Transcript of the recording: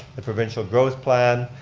the provincial growth plan,